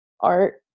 art